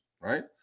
right